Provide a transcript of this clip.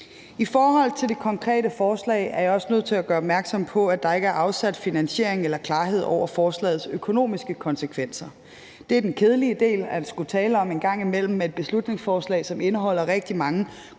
I forhold til det konkrete forslag er jeg også nødt til at gøre opmærksom på, at der ikke er afsat finansiering eller er klarhed over forslagets økonomiske konsekvenser. Det er den kedelige del at skulle tale om en gang imellem med et beslutningsforslag, som indeholder rigtig mange gode